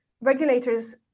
regulators